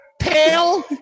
Pale